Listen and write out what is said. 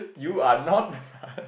you are not the father